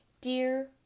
Dear